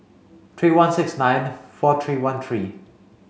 three one six nine four three one three